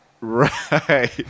Right